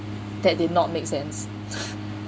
that did not make sense